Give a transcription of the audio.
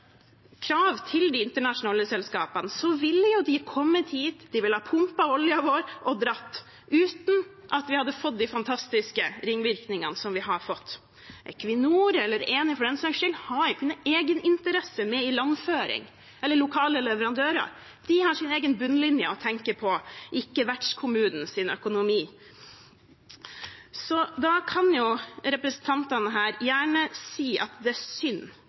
til de internasjonale oljeselskapene, ville de ha kommet hit, pumpet opp oljen vår og dratt, uten at vi hadde fått de fantastiske ringvirkningene som vi har fått. Equinor – eller Eni, for den saks skyld – har ikke noen egeninteresse av ilandføring eller lokale leverandører. De har sin egen bunnlinje å tenke på, ikke vertskommunens økonomi. Da kan representantene her gjerne si fra denne talerstolen at det er synd